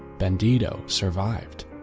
benedetto, survived.